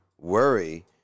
worry